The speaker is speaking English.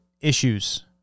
issues